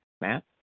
Matt